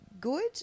good